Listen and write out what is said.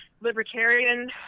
libertarian